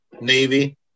Navy